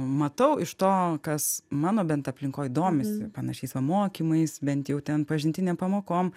matau iš to kas mano bent aplinkoj domisi panašiais va mokymais bent jau ten pažintinėm pamokom